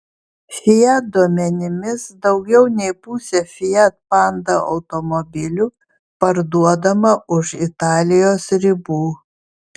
fiat duomenimis daugiau nei pusė fiat panda automobilių parduodama už italijos ribų